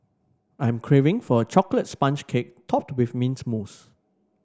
I'm craving for a chocolate sponge cake topped with mint mousse